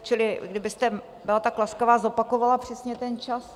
Čili kdybyste byla tak laskavá a zopakovala přesně ten čas.